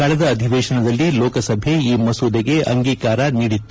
ಕಳೆದ ಅಧಿವೇಶನದಲ್ಲಿ ಲೋಕಸಭೆ ಈ ಮಸೂದೆಗೆ ಅಂಗೀಕಾರ ನೀಡಿತ್ತು